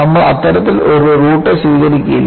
നമ്മൾ അത്തരത്തിലുള്ള ഒരു റൂട്ട് സ്വീകരിക്കില്ല